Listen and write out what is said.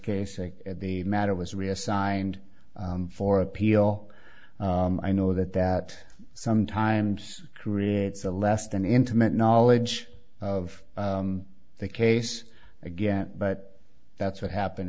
case and the matter was reassigned for appeal i know that that sometimes creates a less than intimate knowledge of the case again but that's what happened